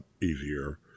easier